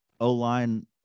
O-line